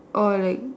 orh like